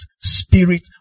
spirit